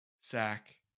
sack